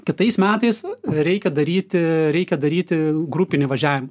kitais metais reikia daryti reikia daryti grupinį važiavimą